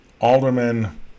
alderman